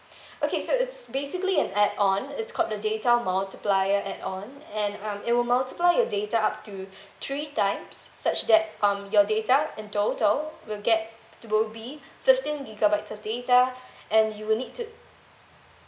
okay so it's basically an add on it's called the data multiplier add on and um it will multiply your data up to three times such that um your data in total will get will be fifteen gigabytes of data and you'll need to